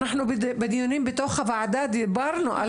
אנחנו בדיונים בתוך הוועדה דיברנו על